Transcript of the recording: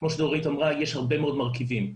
כמו שדורית אמרה יש הרבה מאוד מרכיבים.